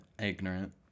ignorant